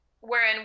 wherein